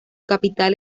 capital